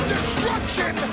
Destruction